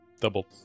Double